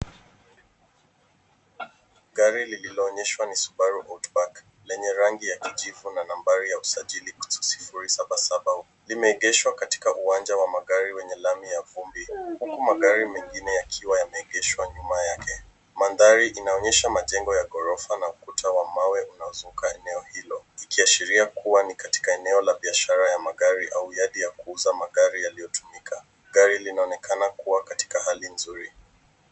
Gari lililoonyeshwa ni Subaru Outback lenye rangi ya kijivu na nambari ya usajili 077. Limeegeshwa katika uwanja wa magari wenye lami ya vumbi huku magari mengine yakiwa yameegeshwa nyuma yake. Mandhari inaonyesha majengo ya gorofa na ukuta wa mawe unaozunguka eneo hilo; ikiashiria kuwa ni katika eneo la biashara ya magari au yadi ya kuuza magari yaliyotumika. Gari linaonekana kuwa katika hali nzuri.